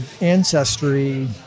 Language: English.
ancestry